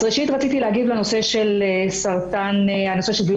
אז ראשית רציתי להגיד בנושא של בריאות של סרטן השד,